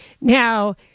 Now